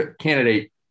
candidate